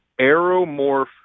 Aeromorph